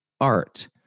art